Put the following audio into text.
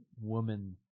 woman